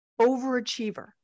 overachiever